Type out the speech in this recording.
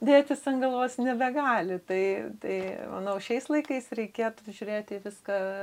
dėtis ant galvos nebegali tai tai manau šiais laikais reikėtų žiūrėti į viską